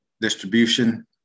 distribution